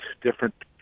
different